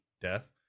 death